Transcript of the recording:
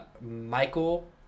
Michael